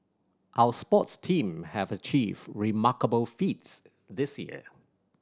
our sports team have achieved remarkable feats this year